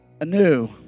anew